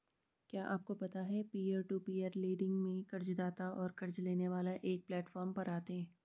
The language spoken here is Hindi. क्या आपको पता है पीयर टू पीयर लेंडिंग में कर्ज़दाता और क़र्ज़ लेने वाला एक प्लैटफॉर्म पर आते है?